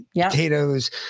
potatoes